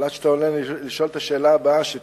אבל עד שאתה עולה לשאול את השאלה הבאה, שתדע: